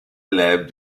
élève